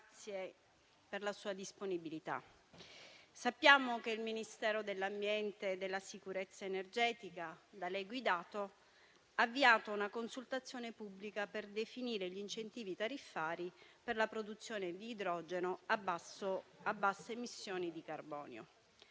Fratin per la sua disponibilità. Noi sappiamo che il Ministero dell'ambiente e della sicurezza energetica, da lei guidato, ha avviato una consultazione pubblica sullo schema di decreto che serve a definire gli incentivi tariffari per la produzione di idrogeno a basse emissioni di carbonio.